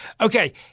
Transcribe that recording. Okay